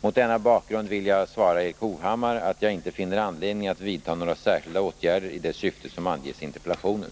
Mot denna bakgrund vill jag svara Erik Hovhammar att jag inte finner anledning att vidta några särskilda åtgärder i det syfte som anges i interpellationen.